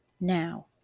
Now